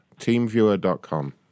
Teamviewer.com